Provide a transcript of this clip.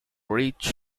reach